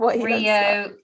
rio